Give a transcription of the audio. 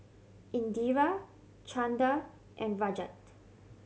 Indira Chanda and Rajat